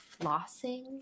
flossing